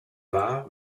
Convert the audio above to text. wahr